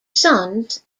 sons